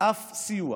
אף סיוע